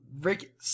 Rick